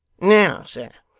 now, sir,